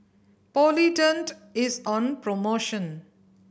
Polident is on promotion